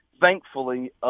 thankfully—